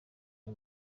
uyu